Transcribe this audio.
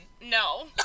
No